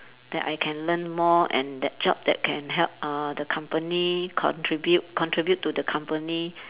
that I can learn more and that job that can help uh the company contribute contribute to the company